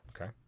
okay